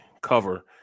cover